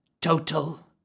total